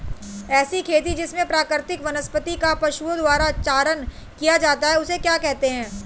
ऐसी खेती जिसमें प्राकृतिक वनस्पति का पशुओं द्वारा चारण किया जाता है उसे क्या कहते हैं?